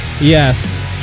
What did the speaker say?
Yes